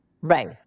Right